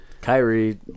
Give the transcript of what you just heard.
Kyrie